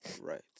Right